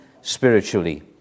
spiritually